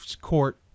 court